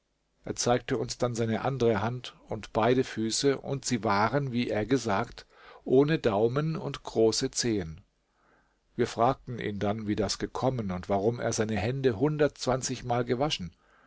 er zeigte uns dann seine andere hand und beide füße und sie waren wie er gesagt ohne daumen und große zehen wir fragten ihn dann wie das gekommen und warum er seine hände hundertundzwanzigmal gewaschen